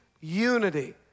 unity